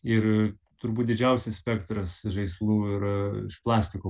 ir turbūt didžiausias spektras žaislų yra plastiko